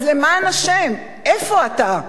אז למען השם, איפה אתה?